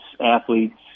athletes